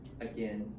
again